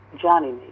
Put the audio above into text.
Johnny